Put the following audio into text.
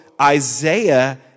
Isaiah